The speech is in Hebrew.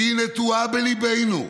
והיא נטועה בליבנו,